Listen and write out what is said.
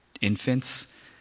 infants